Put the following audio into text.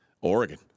Oregon